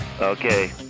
Okay